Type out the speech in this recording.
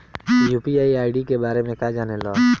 UPI ID के बारे में का जाने ल?